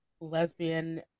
Lesbian